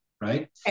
right